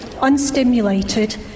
unstimulated